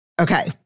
Okay